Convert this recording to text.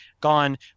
gone